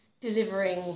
delivering